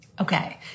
Okay